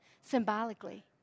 symbolically